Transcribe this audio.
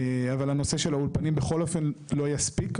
אבל הנושא של האולפנים בכל אופן לא יספיק,